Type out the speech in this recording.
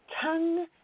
tongue